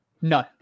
No